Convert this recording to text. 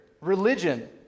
Religion